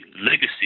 legacy